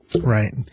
Right